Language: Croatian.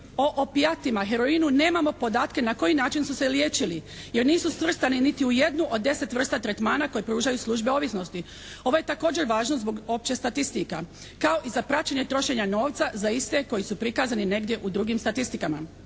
o opijatima, heroinu nemamo podatke na koji način su se liječili? Jer nisu svrstani niti u jednu od 10 vrsta tretmana koje pružaju službe ovisnosti. Ovo je također važno zbog opće statistika kao i za praćenje trošenja novca za iste koji su prikazani negdje u drugim statistikama.